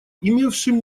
имевшим